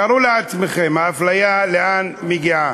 תארו לעצמכם, האפליה לאן מגיעה.